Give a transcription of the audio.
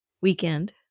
weekend